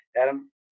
adam